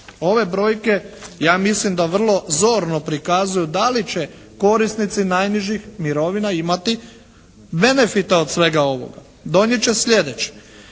Ove brojke ja mislim da vrlo zorno prikazuju da li će korisnici najnižih mirovina imati benefita od svega ovoga. Donijet će sljedeće.